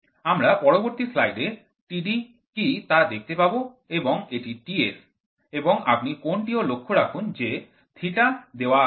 আমরা পরবর্তী স্লাইডে Td কী তা দেখতে পাব এবং এটি Ts এবং আপনি কোণ টি ও লক্ষ্য রাখুন যে θ দেওয়া আছে